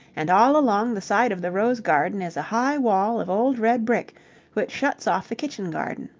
and all along the side of the rose-garden is a high wall of old red brick which shuts off the kitchen garden.